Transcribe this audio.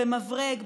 במברג,